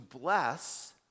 bless